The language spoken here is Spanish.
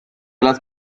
las